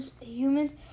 humans